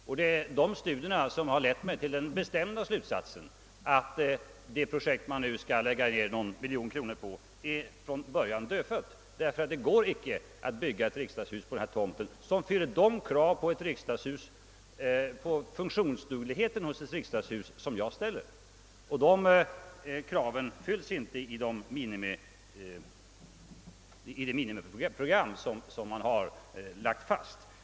Och det är de studierna som lett mig till den "bestämda slutsatsen, att det projekt man nu skall lägga ned någon miljon kronor på är dödfött, därför att det icke går att på denna tomt bygga ett riksdags hus som fyller de krav på funktionsdugligheten hos ett riksdagshus som jag ställer. Dessa krav fylls inte i det minimiprogram som lagts fast.